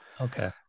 Okay